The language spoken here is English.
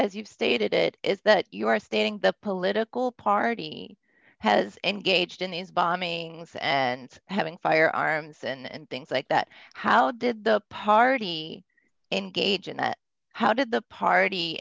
as you stated it is that you are stating the political party has engaged in these bombings and having firearms and things like that how did the party engage and how did the party